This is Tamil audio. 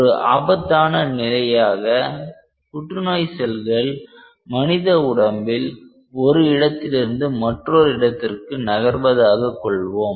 ஒரு ஆபத்தான நிலையாக புற்றுநோய் செல்கள் மனித உடம்பில் ஒரு இடத்திலிருந்து மற்றொரு இடத்திற்கு நகர்வதாக கொள்வோம்